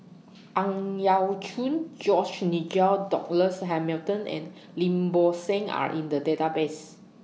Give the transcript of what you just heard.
Ang Yau Choon George Nigel Douglas Hamilton and Lim Bo Seng Are in The Database